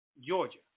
Georgia